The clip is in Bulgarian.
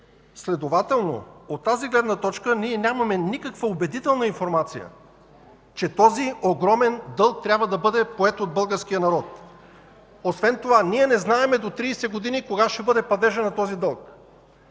Следователно, от тази гледна точа, ние нямаме никаква убедителна информация, че този огромен дълг трябва да бъде поет от българския народ. Освен това ние не знаем до 30 години кога ще бъде падежът на този дълг.